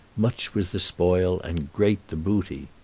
much was the spoil and great the booty.